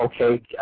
okay